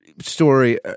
story